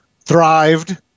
thrived